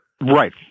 Right